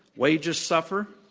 wages suffer,